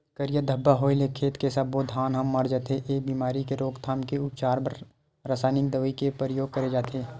करिया धब्बा होय ले खेत के सब्बो धान ह मर जथे, ए बेमारी के रोकथाम के उपचार बर रसाइनिक दवई के परियोग करे जाथे